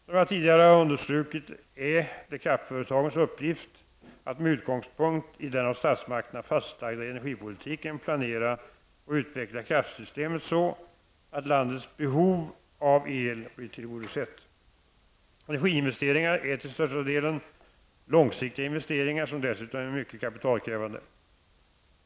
Som jag tidigare har understrukit, är det kraftföretagens uppgift att med utgångspunkt i den av statsmakterna fastlagda energipolitiken planera och utveckla kraftsystemet så att landets behov av el blir tillgodosett. Energiinvesteringar är till största delen långsiktiga investeringar, som dessutom är mycket kapitalkrävande.